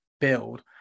build